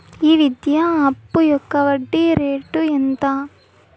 ఈ విద్యా అప్పు యొక్క వడ్డీ రేటు ఎంత?